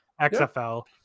XFL